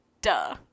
duh